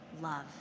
love